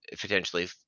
potentially